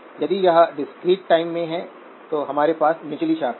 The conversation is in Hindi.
यदि यह डिस्क्रीट-टाइम है तो हमारे पास निचली शाखा है